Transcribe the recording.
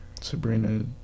Sabrina